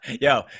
Yo